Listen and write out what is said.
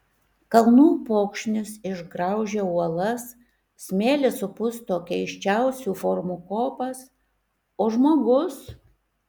kalnų upokšnis išgraužia uolas smėlis supusto keisčiausių formų kopas o žmogus